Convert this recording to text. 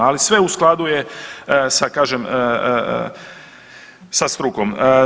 Ali sve u skladu je sa, kažem sa strukom.